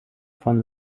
von